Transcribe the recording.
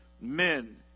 men